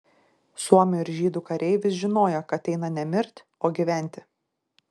suomių ir žydų kareivis žinojo kad eina ne mirt o gyventi